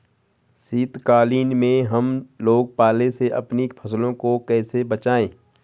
शीतकालीन में हम लोग पाले से अपनी फसलों को कैसे बचाएं?